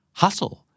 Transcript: hustle